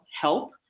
help